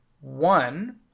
One